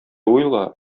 уйла